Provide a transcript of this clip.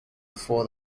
before